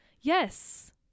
Yes